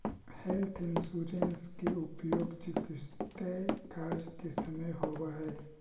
health insurance के उपयोग चिकित्स कार्य के समय होवऽ हई